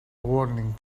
warming